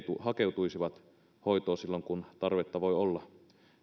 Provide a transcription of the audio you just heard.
hakeutuisivat hoitoon silloin kun tarvetta voi olla